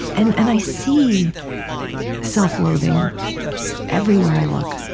and and i see self-loathing everywhere i look,